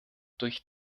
durch